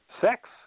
Sex